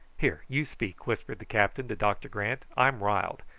here, you speak, whispered the captain to doctor grant. i'm riled,